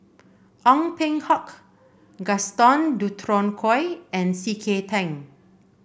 Ong Peng Hock Gaston Dutronquoy and C K Tang